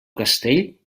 castell